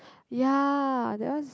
ya that one